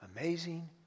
Amazing